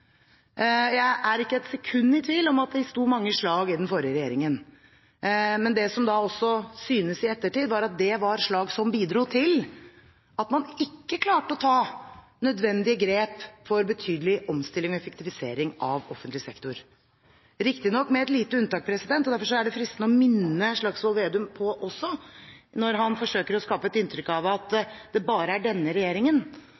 Jeg er ikke et sekund i tvil om at det sto mange slag i den forrige regjeringen. Men det som syntes i ettertid, var at dette var slag som bidro til at man ikke klarte å ta nødvendige grep for betydelig omstilling og effektivisering av offentlig sektor – riktignok med et lite unntak. Derfor er det fristende å minne Slagsvold Vedum på følgende, når han forsøker å skape et inntrykk av at